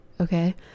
okay